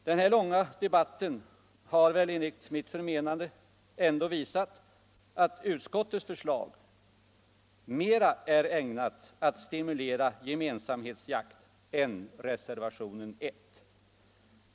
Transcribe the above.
Den här långa debatten har enligt mitt förmenande ändå visat att utskottets förslag mera är ägnat att stimulera gemensamhetsjakt än vad reservation I är.